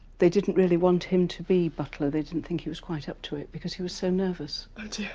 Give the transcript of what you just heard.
they didn't really want him to be butler, they didn't think he was quite up to it because he was so nervous.